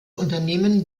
unternehmen